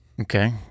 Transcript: Okay